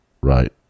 right